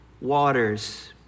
Waters